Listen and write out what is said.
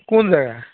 কোন জেগা